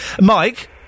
mike